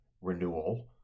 renewal